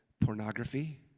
pornography